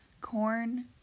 Corn